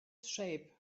shape